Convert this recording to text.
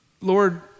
Lord